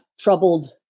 Troubled